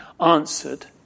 answered